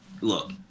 look